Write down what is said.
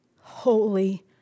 holy